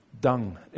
Dung